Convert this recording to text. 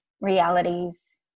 realities